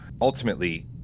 ultimately